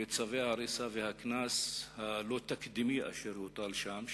וצווי ההריסה והקנס הלא-תקדימי אשר הוטל שם,